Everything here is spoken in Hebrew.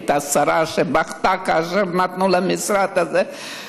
הייתה שרה שבכתה כאשר נתנו לה את המשרד הזה,